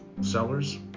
sellers